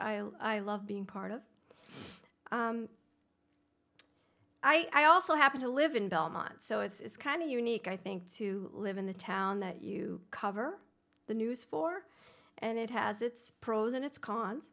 i love being part of i also happen to live in belmont so it's kind of unique i think to live in the town that you cover the news for and it has its pros and its cons